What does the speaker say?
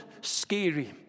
scary